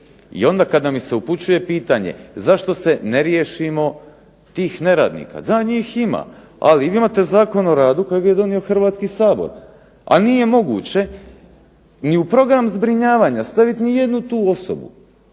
I onda kada mi se upućuje pitanje zašto se ne riješimo tih neradnika. Da, njih ima. Ali vi imate Zakon o radu kojega je donio Hrvatski sabor, a nije moguće ni u program zbrinjavanja stavit ni jednu tu osobu